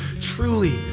truly